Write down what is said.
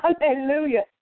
Hallelujah